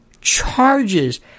charges